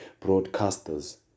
broadcasters